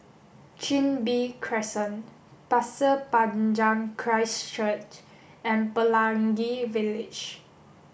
Chin Bee Crescent Pasir Panjang Christ Church and Pelangi Village